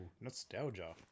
nostalgia